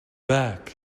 back